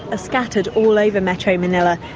ah scattered all over metro manila,